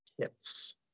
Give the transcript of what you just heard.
tips